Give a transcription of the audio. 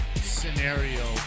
scenario